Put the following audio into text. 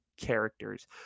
characters